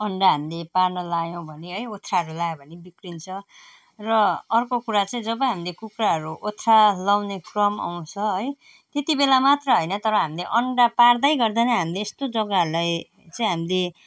अन्डा हामीले पार्न लगायौँ भने है ओथ्राहरू लगायो भने बिग्रिन्छ र अर्को कुरा चाहिँ जब हामीले कुखुराहरू ओथ्रा लगाउने क्रम आउँछ है त्यति बेला मात्र होइन तर हामीले अन्डा पार्दै गर्दा नै हामीले यस्तो जगाहरूलाई चाहिँ हामीले